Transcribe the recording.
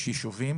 יש יישובים